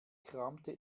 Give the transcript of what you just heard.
kramte